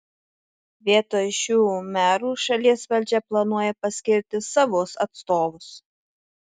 vietoj šių merų šalies valdžia planuoja paskirti savus atstovus